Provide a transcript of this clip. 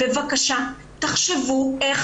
בבקשה, שירי